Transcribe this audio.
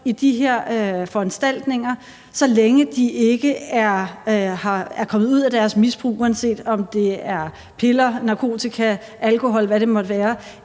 i de her foranstaltninger, så længe de ikke er kommet ud af deres misbrug, uanset om det er piller, narkotika, alkohol, eller hvad det måtte være,